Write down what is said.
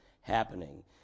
happening